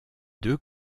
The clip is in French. deux